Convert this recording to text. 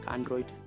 Android